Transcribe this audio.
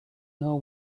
know